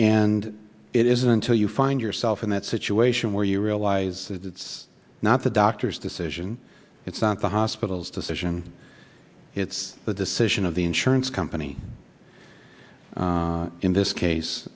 and it is until you find yourself in that situation where you realize that it's not the doctor's decision it's not the hospital's decision it's the decision of the insurance company in this case